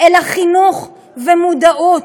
אלא חינוך ומודעות.